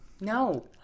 No